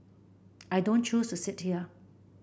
I don't choose to sit here